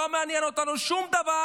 לא מעניין אותנו שום דבר,